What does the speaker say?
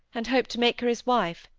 and hoped to make her his wife,